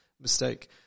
mistake